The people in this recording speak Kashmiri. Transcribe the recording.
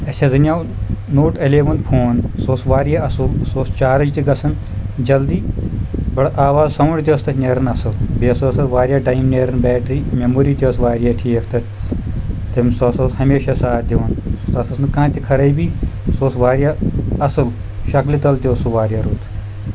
اَسہِ حظ اَنیو نوٹ ایلیوَن فون سُہ اوس واریاہ اَصٕل سُہ اوس چارٕج تہِ گژھان جلدی بڑٕ آواز ساوُنٛڈ تہِ اوس تَتھ نیران اَصٕل بیٚیہِ ہسا اوس اَتھ واریاہ ٹایم نیران بیٹری میموری تہِ ٲس واریاہ ٹھیٖک تَتھ تٔمۍ سُہ ہسا اوس ہمیشہ سات دِوان تَتھ اوس نہٕ کانٛہہ تہِ خرٲبی سُہ اوس واریاہ اَصٕل شکلہِ تَل تہِ اوس سُہ واریاہ رُت